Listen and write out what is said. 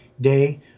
day